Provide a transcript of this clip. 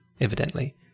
evidently